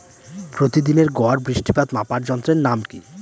প্রতিদিনের গড় বৃষ্টিপাত মাপার যন্ত্রের নাম কি?